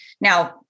Now